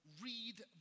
read